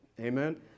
Amen